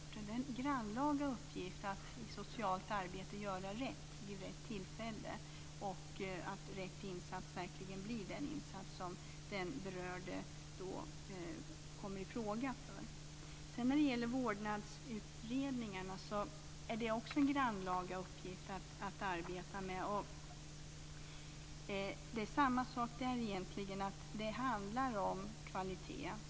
Det är en grannlaga uppgift att i socialt arbete göra rätt vid rätt tillfälle så att rätt insats verkligen blir den insats som den berörde kommer i fråga för. När det gäller vårdnadsutredningarna är dessa också en grannlaga uppgift att arbeta med. Det är samma sak där egentligen - det handlar om kvalitet.